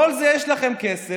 לכל זה יש לכם כסף,